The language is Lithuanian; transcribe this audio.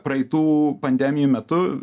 praeitų pandemijų metu